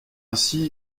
ainsi